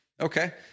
Okay